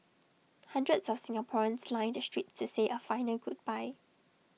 hundreds of Singaporeans lined the streets to say A final goodbye